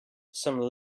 some